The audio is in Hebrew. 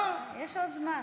יש עוד זמן.